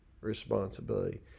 responsibility